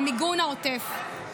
למיגון העוטף.